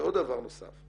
ועוד דבר נוסף,